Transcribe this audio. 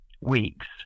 weeks